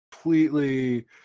completely